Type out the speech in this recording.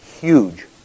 huge